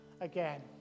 again